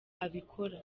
abikora